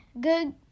good